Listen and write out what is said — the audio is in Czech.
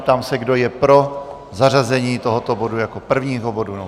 Ptám se, kdo je pro zařazení tohoto bodu jako prvního bodu.